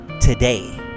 today